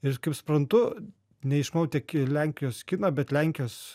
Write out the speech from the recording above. ir kaip suprantu neišmanau tiek lenkijos kino bet lenkijos